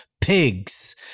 pigs